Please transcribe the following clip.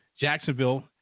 Jacksonville